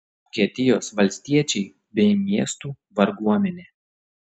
vokietijos valstiečiai bei miestų varguomenė